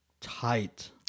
tight